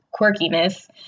quirkiness